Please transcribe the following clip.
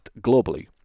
globally